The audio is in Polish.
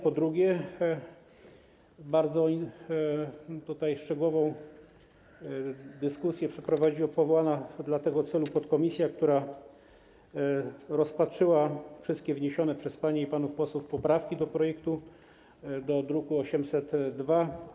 Po drugie, bardzo szczegółową dyskusję przeprowadziła powołana do tego celu podkomisja, która rozpatrzyła wszystkie wniesione przez panie i panów posłów poprawki do projektu z druku nr 802.